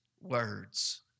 words